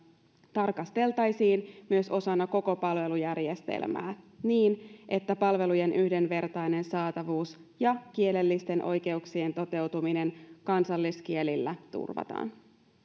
tarkasteltaisiin myös osana koko palvelujärjestelmää niin että palvelujen yhdenvertainen saatavuus ja kielellisten oikeuksien toteutuminen kansalliskielillä turvataan